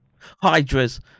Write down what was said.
hydra's